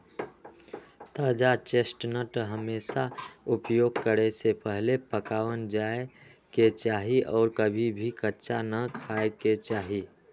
ताजा चेस्टनट हमेशा उपयोग करे से पहले पकावल जाये के चाहि और कभी भी कच्चा ना खाय के चाहि